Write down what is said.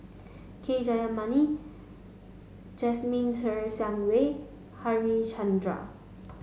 K Jayamani Jasmine Ser Xiang Wei Harichandra